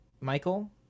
Michael